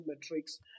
metrics